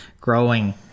growing